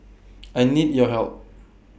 I need your help